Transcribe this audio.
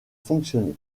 fonctionner